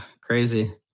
Crazy